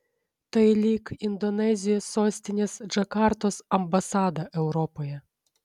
tai lyg indonezijos sostinės džakartos ambasada europoje